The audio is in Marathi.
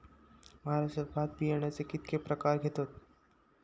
महाराष्ट्रात भात बियाण्याचे कीतके प्रकार घेतत?